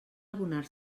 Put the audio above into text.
abonar